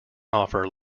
offer